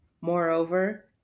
Moreover